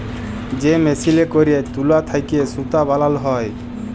যে মেসিলে ক্যইরে তুলা থ্যাইকে সুতা বালাল হ্যয়